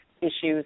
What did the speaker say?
issues